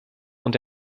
und